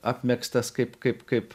apmegztas kaip kaip kaip